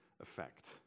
effect